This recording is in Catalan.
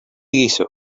guíxols